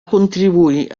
contribuir